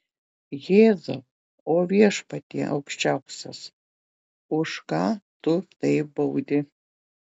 jėzau o viešpatie aukščiausias už ką tu taip baudi